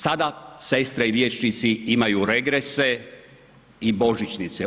Sada sestre i liječnici imaju regrese i božićnice.